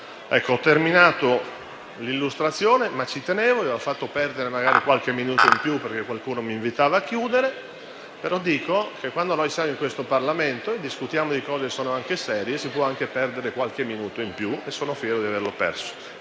2025. Ho terminato l'illustrazione, alla quale tenevo. Vi ho fatto perdere qualche minuto in più, perché qualcuno mi invitava a concludere, però dico che, quando siamo in questo Parlamento e discutiamo di cose serie, si può anche perdere qualche minuto in più e sono fiero di averlo perso.